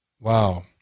Wow